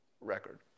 record